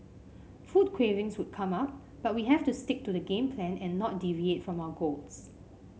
food cravings would come up but we have to stick to the game plan and not deviate from our goals